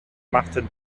machten